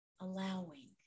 allowing